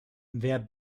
wer